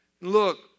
Look